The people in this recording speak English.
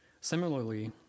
Similarly